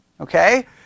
okay